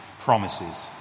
promises